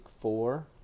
four